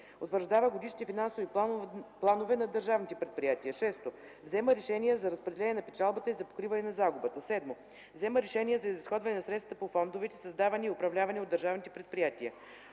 утвърждава годишните финансови планове на държавните предприятия; 6. взема решения за разпределение на печалбата и за покриване на загубата; 7. взема решения за изразходване на средствата по фондовете, създавани и управлявани от държавните предприятия;